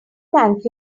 thank